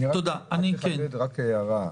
אני רוצה לחדד הערה.